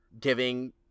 giving